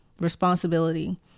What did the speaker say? responsibility